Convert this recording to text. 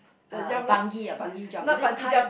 uh bungee uh bungee jump is it tight